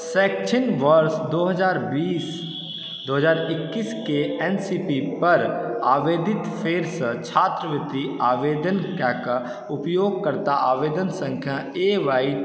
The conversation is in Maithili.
शैक्षणिक वर्ष दो हजार बीस दो हजार इक्कीसके एन एस पी पर आवेदित फेरसॅं छात्रवृति आवेदनकेँ कऽ उपयोगकर्ता आवेदन संख्या ए वाई